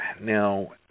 Now